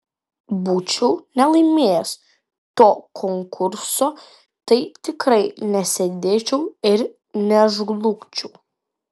būčiau nelaimėjęs to konkurso tai tikrai nesėdėčiau ir nežlugčiau